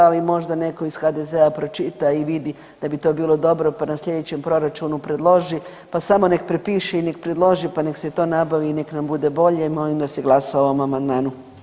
Ali možda netko iz HDZ-a pročita i vidi da bi to bilo dobro, pa na sljedećem proračunu predloži, pa samo nek' prepiše i nek' predloži i nek' se to nabavi i nek' nam bude bolje i molim da se glasa o ovom amandmanu.